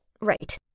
right